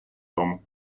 тому